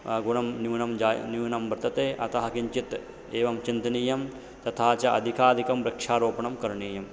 गुणं न्यूनं जाय् न्यूनं वर्तते अतः किञ्चित् एवं चिन्तनीयं तथा च अधिकाधिकं वृक्षारोपणं करणीयम्